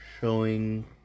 showing